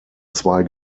zwei